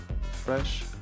fresh